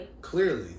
Clearly